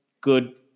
good